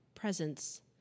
presence